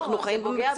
אנחנו חיים במציאות.